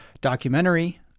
documentary